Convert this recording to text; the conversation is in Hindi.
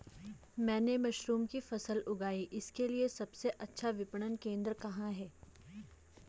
मैंने मशरूम की फसल उगाई इसके लिये सबसे अच्छा विपणन केंद्र कहाँ है?